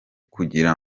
kugira